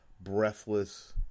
breathless